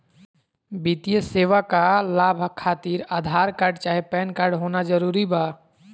वित्तीय सेवाएं का लाभ खातिर आधार कार्ड चाहे पैन कार्ड होना जरूरी बा?